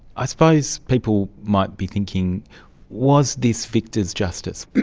i suppose people might be thinking was this victors' justice?